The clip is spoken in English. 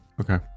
okay